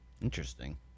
Interesting